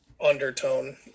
undertone